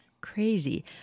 crazy